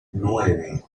nueve